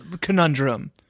conundrum